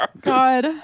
God